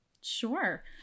Sure